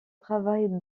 travail